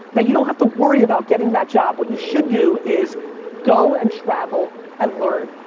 that you don't have to worry about getting that job. what you should do is go and travel and learn.